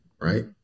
right